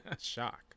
Shock